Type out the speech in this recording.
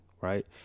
Right